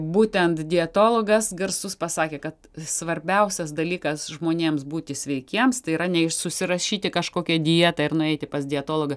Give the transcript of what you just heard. būtent dietologas garsus pasakė kad svarbiausias dalykas žmonėms būti sveikiems tai yra ne susirašyti kažkokią dietą ir nueiti pas dietologą